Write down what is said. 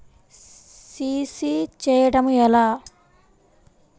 CC చేయడము ఎలా?